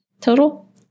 Total